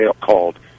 called